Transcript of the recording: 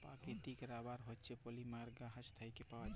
পাকিতিক রাবার হছে পলিমার গাহাচ থ্যাইকে পাউয়া যায়